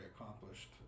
accomplished